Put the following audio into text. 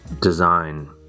design